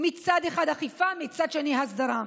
מצד אחד אכיפה, מצד שני הסדרה.